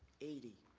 eighty.